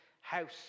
house